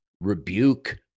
rebuke